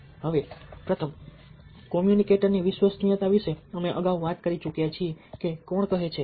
હવે પ્રથમ કોમ્યુનિકેટરની વિશ્વસનીયતા વિશે અમે અગાઉ વાત કરી ચૂક્યા છીએ કે કોણ કહે છે